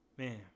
man